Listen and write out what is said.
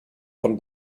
von